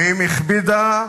ואם הכבידה,